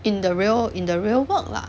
in the real in the real work lah